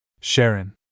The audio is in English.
Sharon